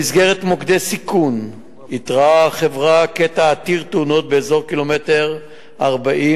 במסגרת מוקדי סיכון איתרה החברה קטע עתיר תאונות באזור קילומטר 40,